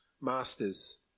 Masters